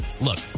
look